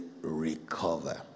recover